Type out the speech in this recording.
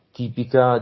tipica